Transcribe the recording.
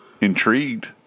intrigued